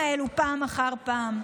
תראי מה קורה עם הקנביס הרפואי,